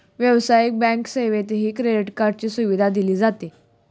व्यावसायिक बँक सेवेतही क्रेडिट कार्डची सुविधा दिली जाते